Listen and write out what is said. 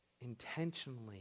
intentionally